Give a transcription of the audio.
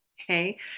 Okay